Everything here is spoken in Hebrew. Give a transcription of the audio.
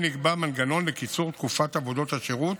וכן נקבע מנגנון לקיצור תקופת עבודות השירות